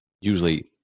usually